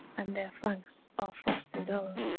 and their flanks are frosted o'er.